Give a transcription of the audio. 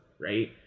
Right